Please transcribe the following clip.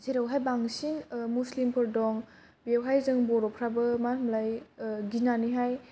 जेरावहाय बांसिन मुस्लिमफोर दं बेवहाय जों बर'फ्रा बो मा होनोमोनलाय गिनानैहाय